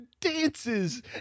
dances